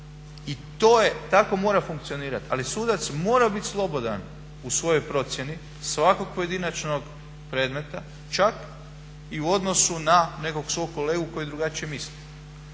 I to je, tako mora funkcionirati. Ali sudac mora biti slobodan u svojoj procjeni svakog pojedinačnog predmeta čak i u odnosu na nekog svog kolegu koji drugačije misli.